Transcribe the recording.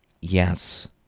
Yes